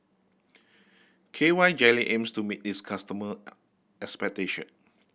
K Y Jelly aims to meet its customer expectation